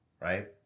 Right